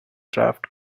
draft